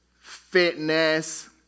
fitness